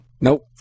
Nope